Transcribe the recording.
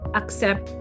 accept